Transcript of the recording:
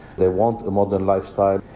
they want a modern lifestyle,